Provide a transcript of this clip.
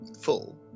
full